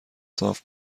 صاف